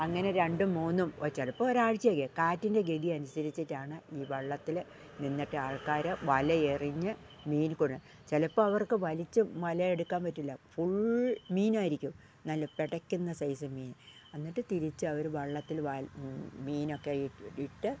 അങ്ങനെ രണ്ടും മൂന്നും ചിലപ്പോൾ ഒരാഴ്ച്ച ഒക്കെ കാറ്റിൻ്റെ ഗതി അനുസരിച്ചിട്ടാണ് ഈ വള്ളത്തില് നിന്നിട്ട് ആൾക്കാര് വല എറിഞ്ഞ് മീന് കൊണ്ട് ചിലപ്പോൾ അവർക്ക് വലിച്ച് വല എടുക്കാൻ പറ്റുകയില്ല ഫുൾ മീനായിരിക്കും നല്ല പിടയ്ക്കുന്ന സൈസ്സ് മീൻ എന്നിട്ട് തിരിച്ച് അവര് വള്ളത്തില് മീനൊക്കെ ഇട്ട്